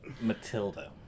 matilda